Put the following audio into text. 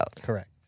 Correct